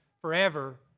forever